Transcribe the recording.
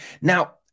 now